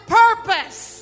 purpose